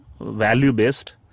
value-based